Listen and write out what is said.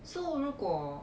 so 如过